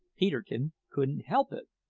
peterkin couldn't help it!